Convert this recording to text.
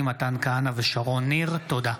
תודה.